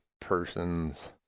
persons